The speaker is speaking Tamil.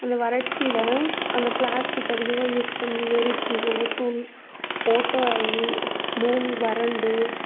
அந்த வறட்சியில் அந்த பிளாஸ்டிக் அதிகமாக யூஸ் பண்ணி எரித்து ஓசோன் ஓட்டை ஆகி பூமி வறண்டு